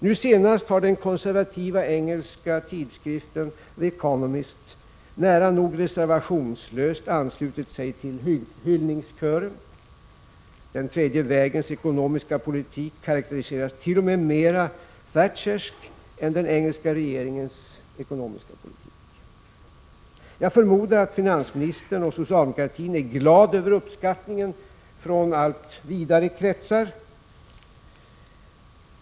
Nu senast har den konservativa engelska tidskriften The Economist nära nog reservationslöst anslutit sig till hyllningskören. Den tredje vägens ekonomiska politik karakteriseras t.o.m. som mera Thatchersk än den engelska regeringens ekonomiska politik. Jag förmodar att finansministern och socialdemokraterna är glada över uppskattningen från allt vidare kretsar.